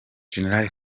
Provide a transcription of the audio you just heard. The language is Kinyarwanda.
gen